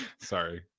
Sorry